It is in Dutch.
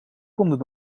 konden